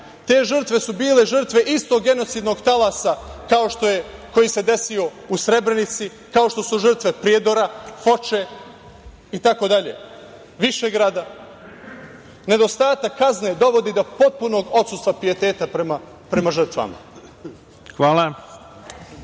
Te žrtve su bile žrtve istog genocidnog talasa koji se desio u Srebrenici, kao što su žrtve Prijedora, Foče, Višegrada itd. Nedostatak kazne dovodi do potpunog odsustva pijeteta prema žrtvama.